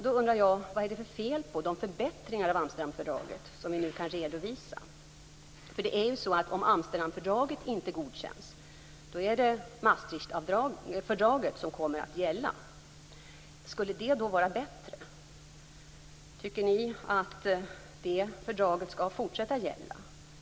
Då undrar jag: Vad är det för fel på de förbättringar av Amsterdamfördraget som vi nu kan redovisa? Det är ju nämligen så att om Amsterdamfördraget inte godkänns, så är det Maastrichtfördraget som kommer att gälla. Skulle detta då vara bättre? Tycker ni att det fördraget skall fortsätta gälla?